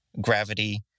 gravity